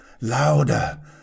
louder